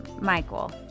Michael